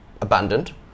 Abandoned